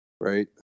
Right